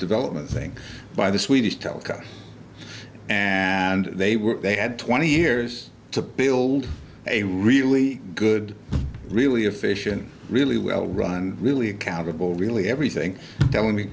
development thing by the swedish telco and they were they had twenty years to build a really good really efficient really well run really accountable really everything t